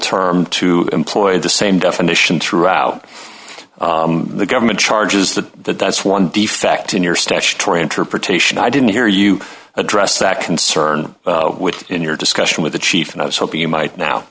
term to employ the same definition throughout the government charges that that that's one defect in your stash tray interpretation i didn't hear you address that concern with in your discussion with the chief and i was hoping you might now